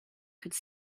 could